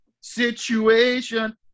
situation